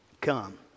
come